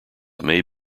may